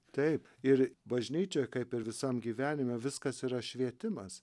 taip ir bažnyčia kaip ir visam gyvenime viskas yra švietimas